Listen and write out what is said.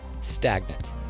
stagnant